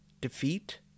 defeat